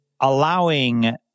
allowing